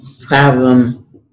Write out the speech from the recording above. problem